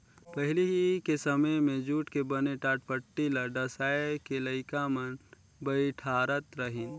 पहिली के समें मे जूट के बने टाटपटटी ल डसाए के लइका मन बइठारत रहिन